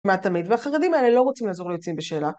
מה תמיד, והחרדים האלה לא רוצים לעזור ליוצאים בשאלה.